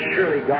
Surely